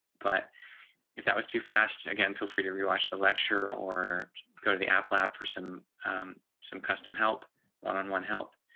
but if that was too fast, again, feel free to rewatch the lecture or go to the app lab for some some custom help one on one help